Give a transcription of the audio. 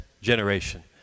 generation